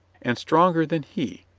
and stronger than he.